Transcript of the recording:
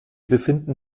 befinden